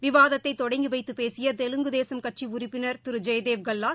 விவாதத்தை தொடங்கி வைத்தபேசிய தெலுங்குதேசம் கட்சி உறுப்பினர் திரு ஜெயதேவ் கல்லா